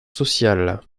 sociale